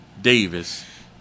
Davis